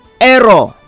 Error